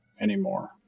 anymore